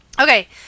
okay